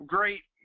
Great